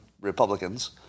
Republicans